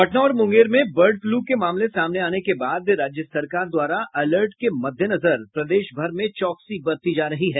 पटना और मूंगेर में bird flu के मामले सामने आने के बाद राज्य सरकार द्वारा अलर्ट के मददेनजर प्रदेश भर में चौकसी बरती जा रही है